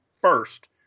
first